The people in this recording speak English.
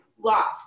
lost